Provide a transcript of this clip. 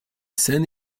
sun